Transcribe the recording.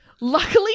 Luckily